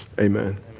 Amen